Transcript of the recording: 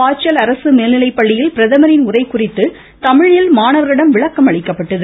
பாச்சல் அரசு மேல்நிலைப்பள்ளியில் பிரதமின் உரை குறித்து தமிழில் மாணவர்களிடம் விளக்கம் அளிக்கப்பட்டது